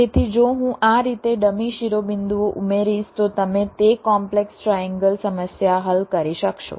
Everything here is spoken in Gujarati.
તેથી જો હું આ રીતે ડમી શિરોબિંદુઓ ઉમેરીશ તો તમે તે કોમ્પલેક્સ ટ્રાએન્ગલ સમસ્યા હલ કરી શકશો